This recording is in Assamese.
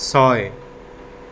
ছয়